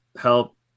help